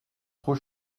trop